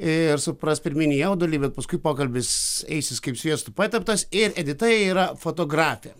ir supras pirminį jaudulį bet paskui pokalbis eisis kaip sviestu pateptas ir edita yra fotografė